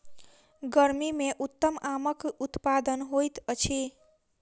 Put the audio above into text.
गर्मी मे उत्तम आमक उत्पादन होइत अछि